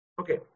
okay